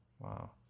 wow